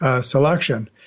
selection